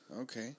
okay